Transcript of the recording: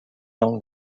langues